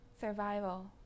Survival